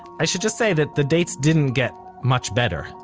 i should just say that the dates didn't get much better.